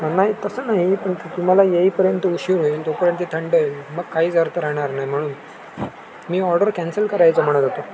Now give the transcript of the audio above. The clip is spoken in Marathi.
नाही तसं नाही पण तुम्हाला येईपर्यंत उशीर होईल तोपर्यंत थंड होईल मग काहीच अर्थ राहणार नाही म्हणून मी ऑर्डर कॅन्सल करायचं म्हणत होतो